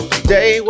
Today